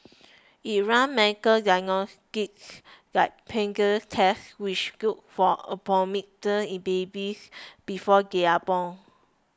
it runs medical diagnostics like prenatal tests which look for abnormalities in babies before they are born